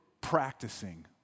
practicing